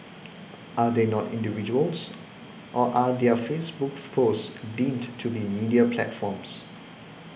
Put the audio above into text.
are they not individuals or are their Facebook posts deemed to be media platforms